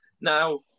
Now